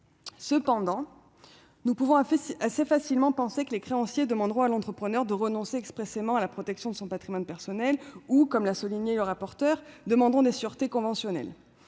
Cependant, nous pouvons assez facilement penser que les créanciers demanderont à l'entrepreneur de renoncer expressément à la protection de son patrimoine personnel ou, comme l'a souligné M. le rapporteur pour avis, demanderont des sûretés conventionnelles.